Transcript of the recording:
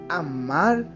amar